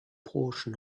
portion